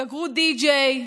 סגרו די.ג'יי,